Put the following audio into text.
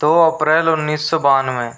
दो अप्रैल उन्नीस सौ बानवे